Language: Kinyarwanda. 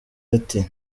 ati